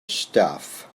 stuff